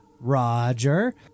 Roger